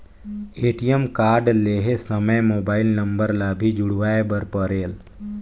ATM card लहे समय mobile number ला भी जुड़वाए बर परेल?